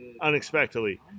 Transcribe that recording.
unexpectedly